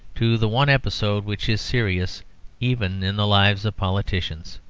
to the one episode which is serious even in the lives of politicians.